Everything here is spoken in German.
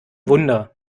wunder